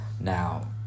Now